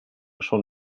schon